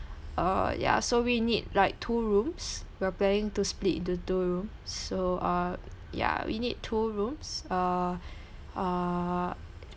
uh ya so we need like two rooms we're planning to split into two rooms so uh yeah we need two rooms uh uh